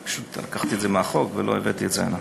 פשוט לקחתי את זה מהחוק, ולא הבאתי את זה הנה.